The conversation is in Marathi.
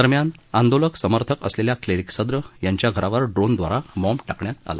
दरम्यान आंदोलक समर्थक असलेल्या क्लेरीक सद्र यांच्या घरावर ड्रोनद्वारा बॉम्ब टाकण्यात आला